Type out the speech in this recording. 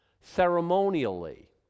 ceremonially